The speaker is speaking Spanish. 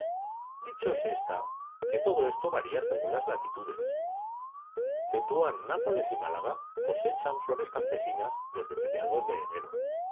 se está que todo esto varía según las latitudes tetuán nápoles y málaga cosechan flores campesinas desde mediados de enero